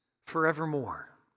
forevermore